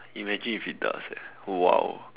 imagine if it does eh !wow!